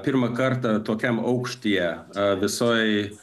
pirmą kartą tokiam aukštyje visoj